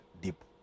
deep